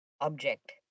object